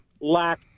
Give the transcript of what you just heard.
lack